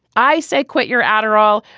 i say quit your adderall.